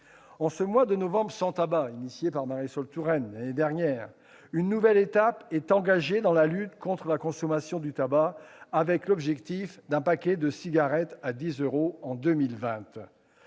En ce mois de novembre sans tabac, créé sur l'initiative de Marisol Touraine en 2016, une nouvelle étape est engagée dans la lutte contre la consommation du tabac, avec l'objectif d'un paquet de cigarettes à 10 euros en 2020.